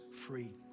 free